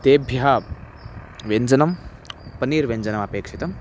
तेभ्यः व्यजनं पनीर्व्यजनमपेक्षितम्